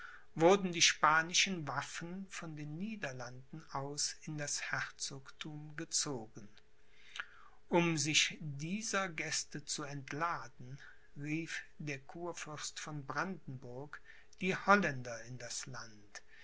wurden die spanischen waffen von den niederlanden aus in das herzogthum gezogen um sich dieser gäste zu entladen rief der kurfürst von brandenburg die holländer in das land